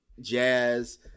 jazz